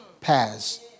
pass